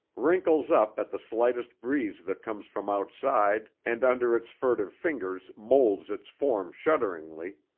wrinkles up at the slightest breeze that comes from outside and under its furtive fingers molds its form shudderingly,